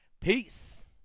Peace